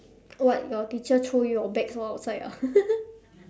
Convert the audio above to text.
what your teacher throw you your bags all outside ah